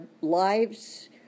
lives